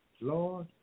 Lord